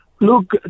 Look